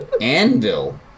Anvil